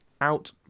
out